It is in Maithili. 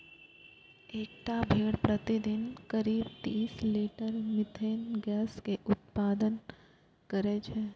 एकटा भेड़ प्रतिदिन करीब तीस लीटर मिथेन गैस के उत्पादन करै छै